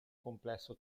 complesso